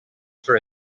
for